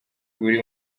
buri